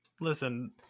Listen